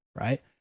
Right